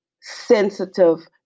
sensitive